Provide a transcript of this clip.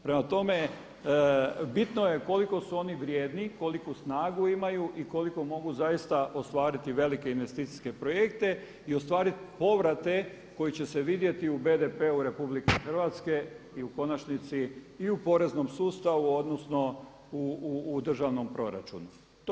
Prema tome, bitno je koliko su oni vrijedni i koliku snagu imaju i koliko mogu zaista ostvariti velike investicijske projekte i ostvariti povrate koji će se vidjeti u BDP-u Republike Hrvatske i u konačnici i u poreznom sustavu odnosno u državnom proračunu.